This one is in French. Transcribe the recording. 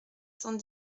cent